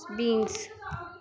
beans